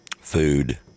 food